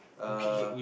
uh